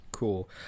Cool